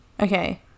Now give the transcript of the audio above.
Okay